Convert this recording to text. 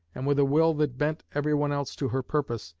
and with a will that bent every one else to her purpose,